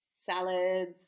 salads